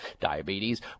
diabetes